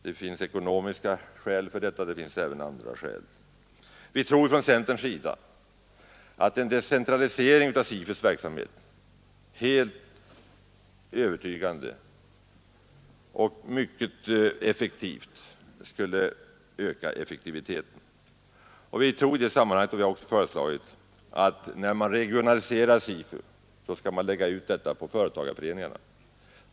Det finns ekonomiska och även andra skäl för detta. Vi tror från centerpartiets sida att en decentralisering av SIFU:s verksamhet helt övertygande och mycket väsentligt skulle öka effektiviteten. Vi har också föreslagit att när man regionaliserar SIFU skall man lägga ut verksamheten på företagarföreningarna.